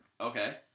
okay